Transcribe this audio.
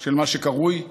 של מה שקרוי "קשישים",